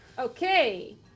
okay